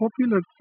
popular